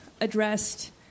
addressed